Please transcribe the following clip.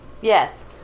Yes